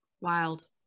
Wild